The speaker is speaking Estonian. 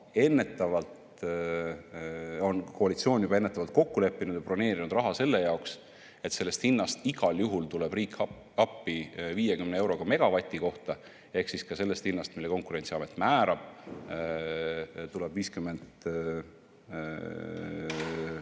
Küll aga on koalitsioon juba ennetavalt kokku leppinud ja broneerinud raha selle jaoks, et igal juhul tuleb riik appi 50 euroga megavati kohta ehk ka sellest hinnast, mille Konkurentsiamet määrab, tuleb hind 50 eurot